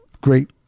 great